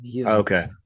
Okay